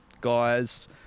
guys